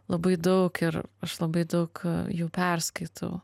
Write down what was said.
labai daug ir aš labai daug jų perskaitau